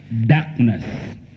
Darkness